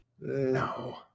No